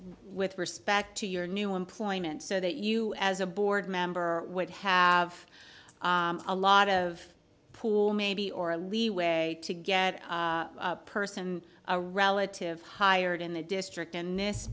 with respect to your new employment so that you as a board member would have a lot of pool maybe or leeway to get a person a relative hired in the district and this